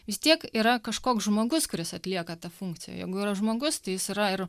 vis tiek yra kažkoks žmogus kuris atlieka tą funkciją jeigu yra žmogus tai jis yra ir